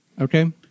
Okay